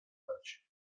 wać